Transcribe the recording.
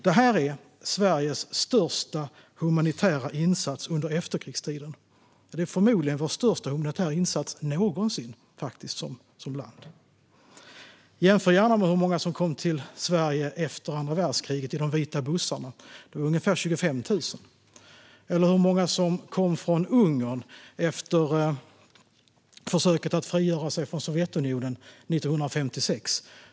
Det här är Sveriges största humanitära insats under efterkrigstiden. Det är förmodligen vår största humanitära insats någonsin som land. Jämför gärna med hur många som kom till Sverige efter andra världskriget i de vita bussarna - det var ungefär 25 000. Eller jämför med hur många som kom från Ungern efter landets försök att frigöra sig från Sovjetunionen 1956.